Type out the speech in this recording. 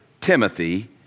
Timothy